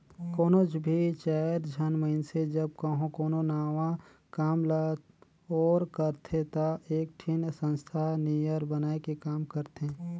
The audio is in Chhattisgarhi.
कोनोच भी चाएर झन मइनसे जब कहों कोनो नावा काम ल ओर करथे ता एकठिन संस्था नियर बनाए के काम करथें